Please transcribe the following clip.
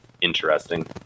interesting